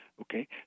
Okay